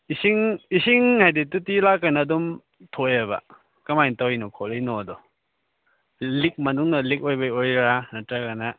ꯏꯁꯤꯡ ꯏꯁꯤꯡ ꯍꯥꯏꯗꯤ ꯇꯣꯇꯤ ꯂꯥꯛꯀꯥꯟꯗ ꯑꯗꯨꯝ ꯊꯣꯛꯑꯦꯕ ꯀꯃꯥꯏꯅ ꯇꯧꯔꯤꯅꯣ ꯈꯣꯠꯂꯤꯅꯣꯗꯣ ꯂꯤꯛ ꯃꯅꯨꯡꯗ ꯂꯤꯛ ꯑꯣꯏꯕꯩ ꯑꯣꯏꯔꯤꯔꯥ ꯅꯠꯇꯔꯒꯅ